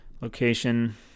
location